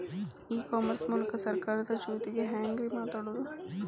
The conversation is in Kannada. ಇ ಕಾಮರ್ಸ್ ಮೂಲಕ ಸರ್ಕಾರದ ಜೊತಿಗೆ ಹ್ಯಾಂಗ್ ರೇ ಮಾತಾಡೋದು?